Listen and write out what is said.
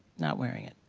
not wearing it.